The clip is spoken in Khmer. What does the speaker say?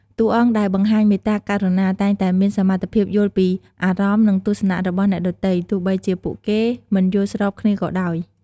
តួអង្គដែលបង្ហាញមេត្តាករុណា តែងតែមានសមត្ថភាពយល់ពីអារម្មណ៍ និងទស្សនៈរបស់អ្នកដទៃ ទោះបីជាពួកគេមិនយល់ស្របគ្នាក៏ដោយ។